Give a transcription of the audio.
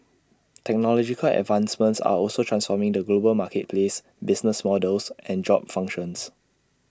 technological advancements are also transforming the global marketplace business models and job functions